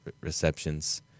receptions